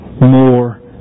more